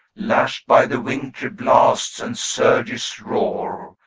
lashed by the wintry blasts and surge's roar,